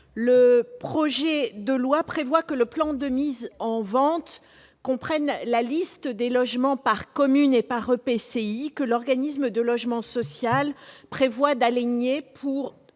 Le projet de loi prévoit que le plan de mise en vente comprend la liste des logements, par commune et par EPCI, que l'organisme de logement social prévoit d'aliéner pour